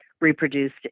reproduced